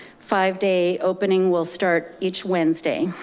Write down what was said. five day opening will start each wednesday.